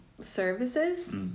services